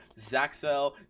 Zaxel